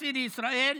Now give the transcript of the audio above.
ארצי לישראל),